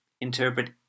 interpret